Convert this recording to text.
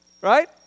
right